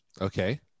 Okay